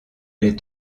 les